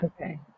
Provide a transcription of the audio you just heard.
Okay